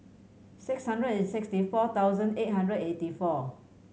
six hundred and sixty four thousand eight hundred and eighty four